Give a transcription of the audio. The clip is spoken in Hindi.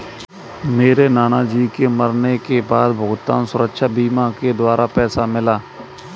मेरे नाना जी के मरने के बाद भुगतान सुरक्षा बीमा के द्वारा पैसा मिला